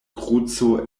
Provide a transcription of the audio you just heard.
kruco